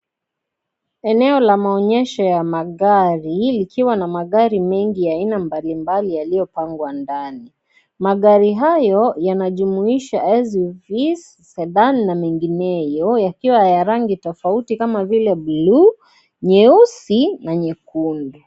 Eneo la maonyesho ya magari likiwa na magari mengi ya aina mbalimbali yaliyopangwa ndani, magari hayo yanajumuisha SUV's sedan na mengineyo yakiwa ya rangi tofauti kama vile bluu , nyeusi na nyekundu.